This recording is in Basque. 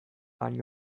hain